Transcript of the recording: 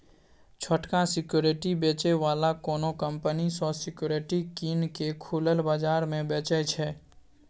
छोटका सिक्युरिटी बेचै बला कोनो कंपनी सँ सिक्युरिटी कीन केँ खुलल बजार मे बेचय छै